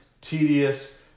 tedious